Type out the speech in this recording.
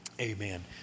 Amen